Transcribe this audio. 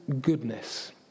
goodness